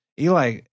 Eli